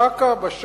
שאקה, בשארה,